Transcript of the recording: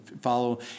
follow